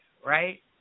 right